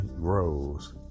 grows